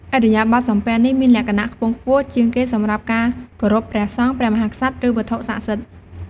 ឥរិយាបថសំពះនេះមានលក្ខណៈខ្ពង់ខ្ពស់ជាងគេសម្រាប់ការគោរព ព្រះសង្ឃ ព្រះមហាក្សត្រ ឬវត្ថុស័ក្តិសិទ្ធិ។